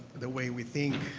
the way we think,